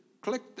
click